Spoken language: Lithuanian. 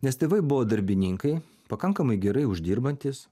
nes tėvai buvo darbininkai pakankamai gerai uždirbantys